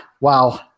wow